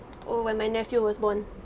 oh when my nephew was born